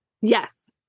Yes